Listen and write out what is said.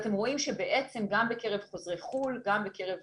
אתם רואים שבעצם, גם בקרב חוזרי חו"ל, גם בקרב